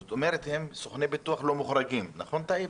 זאת אומרת שסוכני ביטוח לא מוחרגים, נכון, טייב?